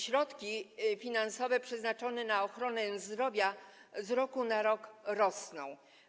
Środki finansowe przeznaczone na ochronę zdrowia z roku na rok rosną.